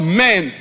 men